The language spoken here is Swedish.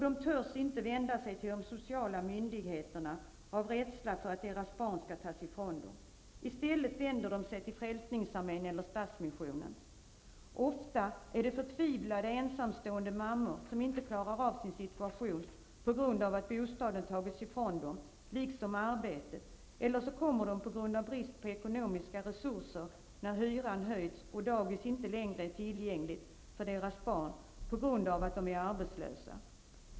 De törs inte vända sig till de sociala myndigheterna av rädsla för att deras barn skall tas ifrån dem, utan i stället vänder de sig till Frälsningsarmén eller Stadsmissionen. Ofta är det förtvivlade, ensamstående mammor som inte klarar av sin situation på grund av att bostaden tagits ifrån dem liksom arbetet, eller så kommer de på grund av brist på ekonomiska resurser när hyran höjs och dagis inte längre är tillgängligt för deras barn, eftersom de är arbetslösa.